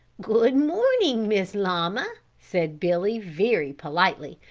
good morning, miss llama, said billy very politely,